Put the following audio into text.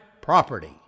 property